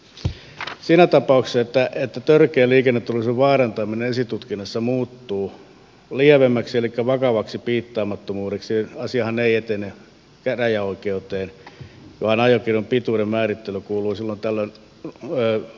siinä tapauksessa että törkeä liikenneturvallisuuden vaarantaminen esitutkinnassa muuttuu lievemmäksi eli vakavaksi piittaamattomuudeksi asiahan ei etene käräjäoikeuteen vaan ajokiellon pituuden määrittely kuuluu tällöin lupaviranomaiselle eli poliisille